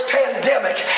pandemic